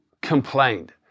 complained